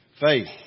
Faith